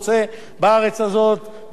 ולא להיקנס על זה בקנס,